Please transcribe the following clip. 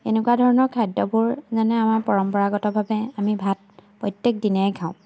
এনেকুৱা ধৰণৰ খাদ্যবোৰ যেনে আমাৰ পৰম্পৰাগতভাৱে আমি ভাত প্ৰত্যেক দিনাই খাওঁ